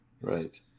Right